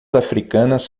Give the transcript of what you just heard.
africanas